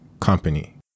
company